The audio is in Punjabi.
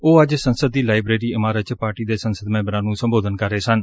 ਉਹ ਅੱਜ ਸੰਸਦ ਦੀ ਲਾਈਬਰੇਰੀ ਇਮਾਰਤ ਚ ਪਾਰਟੀ ਦੇ ਸੰਸਦ ਮੈਬਰਾਂ ਨੂੰ ਸੰਬੋਧਨ ਕਰ ਰਹੇ ਸਨ